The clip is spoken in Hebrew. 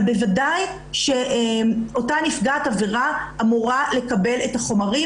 אבל בוודאי שאותה נפגעת עבירה אמורה לקבל את החומרים,